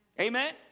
Amen